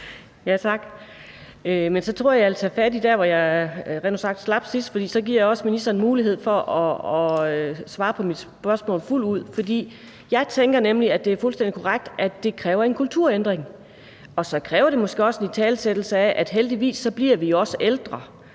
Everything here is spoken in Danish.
jeg vil tage fat der, hvor jeg slap sidst, rent ud sagt, for så giver jeg også ministeren mulighed for at svare fuldt ud på mit spørgsmål. For jeg tænker nemlig, at det er fuldstændig korrekt, at det kræver en kulturændring, og så kræver det måske også en italesættelse af, at vi heldigvis bliver ældre.